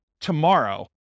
tomorrow